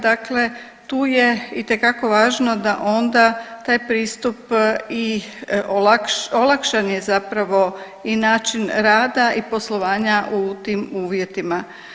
Dakle, tu je itekako važno da onda taj pristup i olakšan je zapravo i način rada i poslovanja u tim uvjetima.